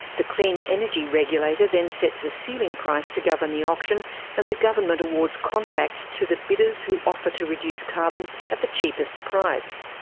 the clean energy regulator then sets a ceiling price to govern the auction and the government awards contracts to the bidders who offer to reduce carbon at the cheapest price.